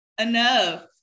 Enough